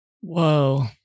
Whoa